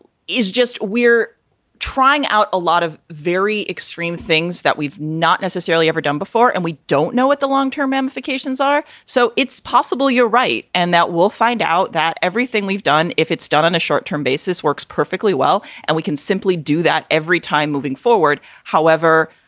is just we're trying out a lot of very extreme things that we've not necessarily ever done before, and we don't know what the long term ramifications are. so it's possible, you're right. and that we'll find out that everything we've done, if it's done on a short term basis, works perfectly well. and we can simply do that every time moving forward. however,